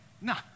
Nah